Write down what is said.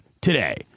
today